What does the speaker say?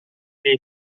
dei